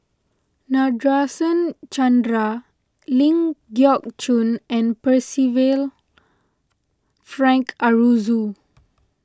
Nadasen Chandra Ling Geok Choon and Percival Frank Aroozoo